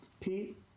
Pete